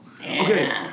Okay